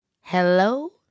Hello